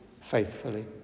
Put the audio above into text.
faithfully